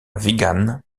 wigan